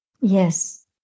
Yes